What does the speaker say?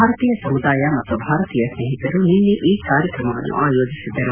ಭಾರತೀಯ ಸಮುದಾಯ ಮತ್ತು ಭಾರತೀಯ ಸ್ನೇಹಿತರು ನಿನ್ನೆ ಈ ಕಾರ್ಯಕ್ರಮ ಆಯೋಜಿಸಿದ್ದರು